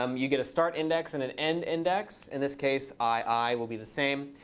um you get a start index and an end index. in this case, i, i will be the same.